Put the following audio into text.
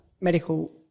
medical